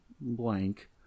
blank